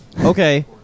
Okay